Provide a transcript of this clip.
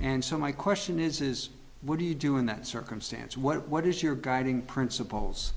and so my question is what do you do in that circumstance what what is your guiding principles